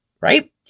right